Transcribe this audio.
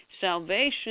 salvation